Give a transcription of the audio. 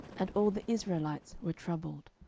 and all the israelites were troubled.